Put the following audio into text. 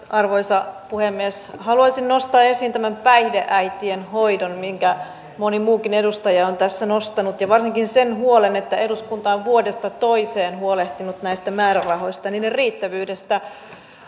arvoisa puhemies haluaisin nostaa esiin tämän päihdeäitien hoidon minkä moni muukin edustaja on tässä nostanut ja varsinkin sen huolen että eduskunta on vuodesta toiseen huolehtinut näistä määrärahoista niiden riittävyydestä